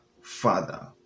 Father